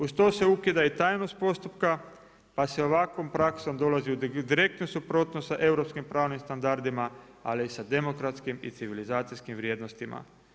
Uz to se ukida i tajnost postupka pa se ovakvom praksom dolazi u direktnu suprotnost sa europskim pravnim standardima ali i sa demokratskim i civilizacijskim vrijednostima.